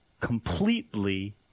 Completely